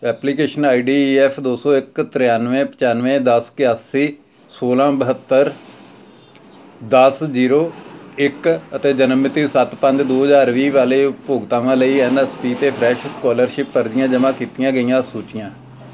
application I D E F ਦੋ ਸੌ ਇੱਕ ਤ੍ਰਿਆਨਵੇਂ ਪਚਾਨਵੇਂ ਦਸ ਇਕਾਸੀ ਸੋਲ਼ਾਂ ਬਹੱਤਰ ਦਸ ਜ਼ੀਰੋ ਇੱਕ ਅਤੇ ਜਨਮ ਮਿਤੀ ਸੱਤ ਪੰਜ ਦੋ ਹਜ਼ਾਰ ਵੀਹ ਵਾਲੇ ਉਪਭੋਗਤਾਵਾਂ ਲਈ ਐੱਨ ਐੱਸ ਪੀ 'ਤੇ ਫਰੈਸ਼ ਸਕਾਲਰਸ਼ਿਪ ਅਰਜ਼ੀਆਂ ਜਮ੍ਹਾਂ ਕੀਤੀਆਂ ਗਈਆਂ ਸੂਚੀਆਂ